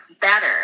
better